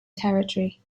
territory